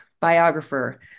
biographer